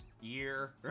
year